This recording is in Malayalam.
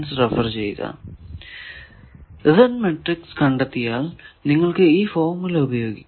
Z മാട്രിക്സ് കണ്ടെത്തിയാൽ നിങ്ങൾക്കു ഈ ഫോർമുല ഉപയോഗിക്കാം